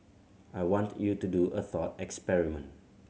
I want you to do a thought experiment